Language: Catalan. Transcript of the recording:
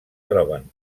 troben